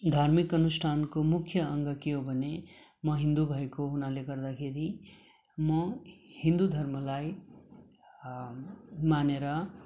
धार्मिक अनुष्ठानको मुख्य अङ्ग के हो भने म हिन्दू भएको हुनाले गर्दाखेरि म हिन्दू धर्मलाई मानेर